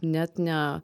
net ne